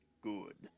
Good